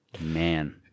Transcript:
man